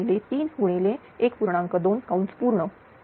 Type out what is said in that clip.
2 आहे